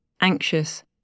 anxious